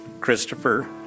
Christopher